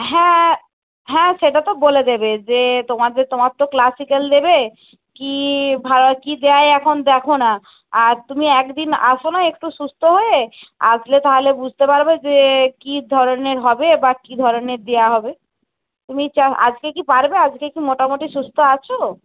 হ্যাঁ হ্যাঁ সেটা তো বলে দেবে যে তোমাদের তোমার তো ক্লাসিক্যাল দেবে কি কী দেয় এখন দেখো না আর তুমি এক দিন এসো না একটু সুস্থ হয়ে আসলে তাহলে বুঝতে পারবে যে কী ধরনের হবে বা কী ধরনের দেওয়া হবে তুমি আজকে কি পারবে আজকে কি মোটামুটি সুস্থ আছ